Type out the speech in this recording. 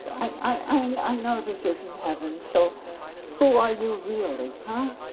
i mean i know this is in heaven, so who are you really, huh?